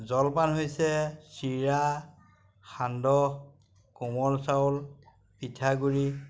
জলপান হৈছে চিৰা সান্দহ কোমল চাউল পিঠাগুড়ি